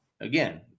Again